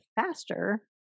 faster